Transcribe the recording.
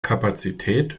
kapazität